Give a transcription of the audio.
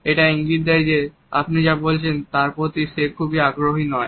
এটি ইঙ্গিত দেয় যে আপনি যা বলছেন তার প্রতি সে খুব আগ্রহী নয়